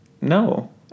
No